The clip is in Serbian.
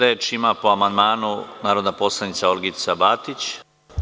Reč ima, po amandmanu, narodna poslanica Olgica Batić.